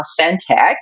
authentic